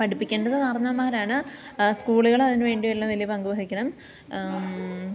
പഠിപ്പിക്കേണ്ടത് കാർന്നോന്മാരാണ് സ്കൂളുകൾ അതിനു വേണ്ടിയൊന്ന് വലിയ പങ്ക് വഹിക്കണം